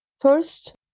first